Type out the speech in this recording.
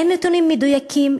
אין נתונים מדויקים,